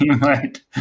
Right